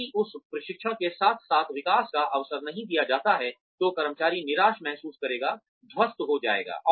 यदि उस प्रशिक्षण के साथ साथ विकास का अवसर नहीं दिया जाता है तो कर्मचारी निराश महसूस करेगाध्वस्त हो जाएगा